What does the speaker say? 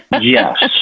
yes